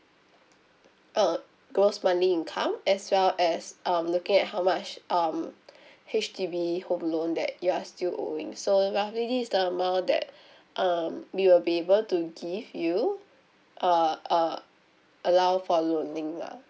uh gross monthly income as well as um looking at how much um H_D_B home loan that you are still owing so roughly it's the amount that um we will be able to give you uh uh allow for loaning lah